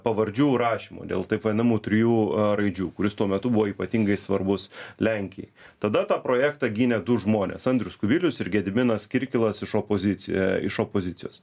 pavardžių rašymo dėl taip vadinamų trijų raidžių kuris tuo metu buvo ypatingai svarbus lenkijai tada tą projektą gynė du žmonės andrius kubilius ir gediminas kirkilas iš opozicija iš opozicijos